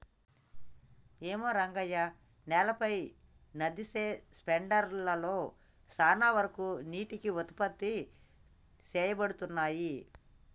ఏమో రంగయ్య నేలపై నదిసె స్పెండర్ లలో సాన వరకు నీటికి ఉత్పత్తి సేయబడతున్నయి